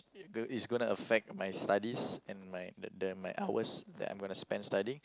g~ is gonna affect my studies and my the the my hours that I am gonna spend studying